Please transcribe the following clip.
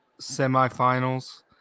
semifinals